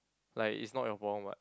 like it's not your problem [what]